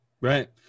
Right